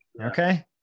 Okay